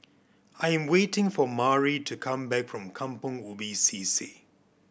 I am waiting for Mari to come back from Kampong Ubi C C